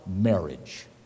marriage